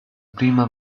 prima